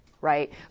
Right